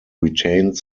retained